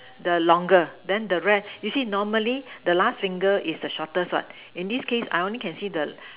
the longer then the rest you see normally the last finger is the shortest what in this case I only can see the